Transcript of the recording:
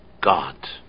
God